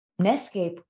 Netscape